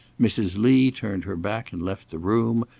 mrs. lee turned her back and left the room,